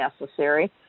necessary